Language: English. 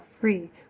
free